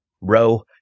row